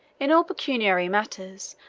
in all pecuniary matters,